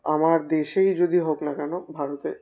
আমার দেশেই যদি হোক না কেন ভারতে